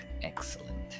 Excellent